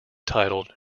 titled